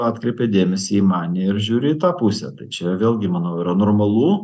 atkreipia dėmesį į mane ir žiūri į tą pusę tai čia vėlgi manau yra normalu